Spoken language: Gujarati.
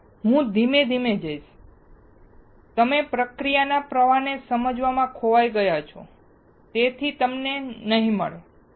હું ધીમે ધીમે જઈશ તમે પ્રક્રિયાના પ્રવાહને સમજવામાં ખોવાઈ ગયા છો તેથી તમને નહિ મળે